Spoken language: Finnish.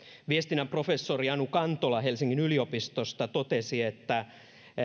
viestinnän professori anu kantola helsingin yliopistosta totesi että